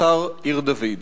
האתר עיר-דוד.